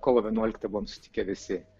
kovo vienuoliktą buvom susitikę visi